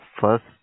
first